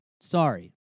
Sorry